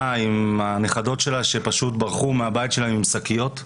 עם הנכדות שלה שברחו מהבית עם שקיות,